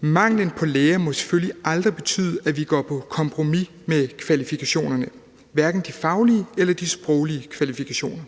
manglen på læger må selvfølgelig aldrig betyde, at vi går på kompromis med kvalifikationerne, hverken de faglige eller de sproglige kvalifikationer,